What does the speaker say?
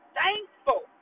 thankful